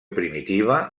primitiva